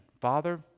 Father